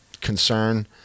concern